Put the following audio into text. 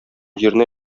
җиренә